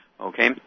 Okay